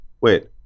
wait